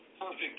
Perfect